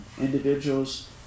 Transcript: individuals